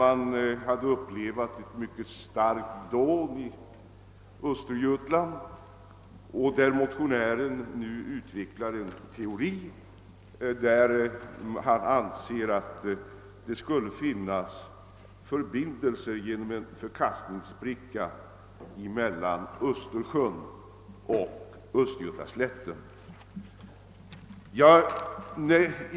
Man hörde då vid ett tillfälle i en stor del av Östergötland ett kraftigt dån, och motionären utvecklar teorin att det genom en förkastningsspricka skulle finnas en förbindelse mellan Östersjön och östgötaslätten.